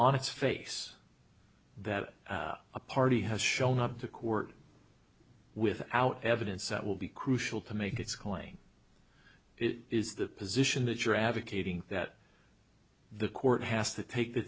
on its face that a party has shown up to court without evidence that will be crucial to make it's going it is the position that you're advocating that the court has to take the